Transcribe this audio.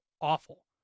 awful